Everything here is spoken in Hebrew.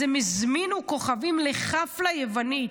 אז הם הזמינו כוכבים לחפלה יוונית.